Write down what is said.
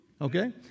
Okay